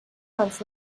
months